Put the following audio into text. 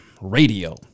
Radio